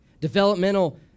developmental